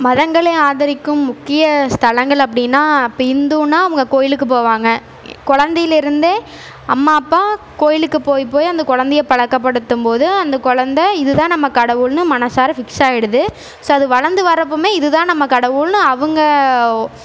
மதங்களை ஆதரிக்கும் முக்கிய ஸ்தலங்கள் அப்படினா இப்போ ஹிந்துனா அவங்க கோயிலுக்கு போவாங்க குழந்தையிலேருந்தே அம்மா அப்பா கோயிலுக்கு போய் போய் அந்த குழந்தைய பழக்கப்படுத்தும் போது அந்த குழந்த இது தான் நம்ம கடவுள்னு மனசார ஃபிக்ஸ் ஆயிடுது ஸோ அது வளர்ந்து வரப்போ இது தான் நம்ம கடவுள்னு அவங்க